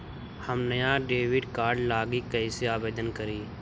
हम नया debit card लागी कईसे आवेदन करी?